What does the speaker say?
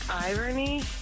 irony